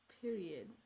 period